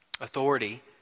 Authority